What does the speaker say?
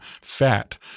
fat